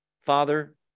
Father